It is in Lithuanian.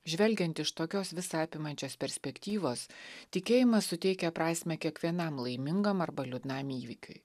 žvelgiant iš tokios visa apimančios perspektyvos tikėjimas suteikia prasmę kiekvienam laimingam arba liūdnam įvykiui